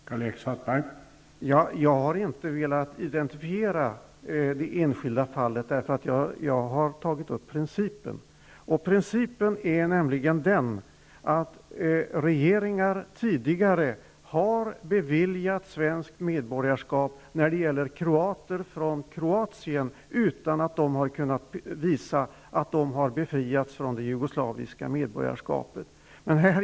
Herr talman! Jag har inte önskat att identifiera det enskilda fallet, utan att ta upp principen. Principen är nämligen att tidigare regeringar har när det gäller kroater från Kroatien beviljat svenskt medborgarskap utan att bevis om befrielse från det tidigare medborgarskapet har kunnat företes.